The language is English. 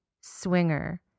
Swinger